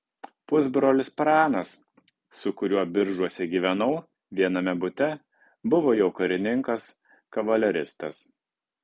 pusbrolis pranas su kuriuo biržuose gyvenau viename bute buvo jau karininkas kavaleristas